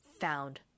found